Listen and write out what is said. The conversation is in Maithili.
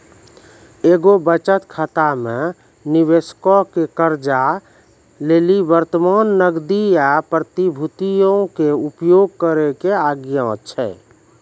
एगो बचत खाता मे निबेशको के कर्जा लेली वर्तमान नगदी या प्रतिभूतियो के उपयोग करै के आज्ञा छै